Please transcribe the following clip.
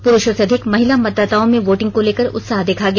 पुरूषों से अधिक महिला मतदाताओं में वोटिंग को लेकर उत्साह देखा गया